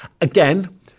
Again